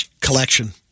collection